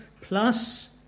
plus